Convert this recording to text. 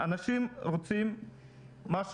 זה